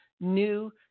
new